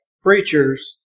Preachers